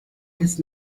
des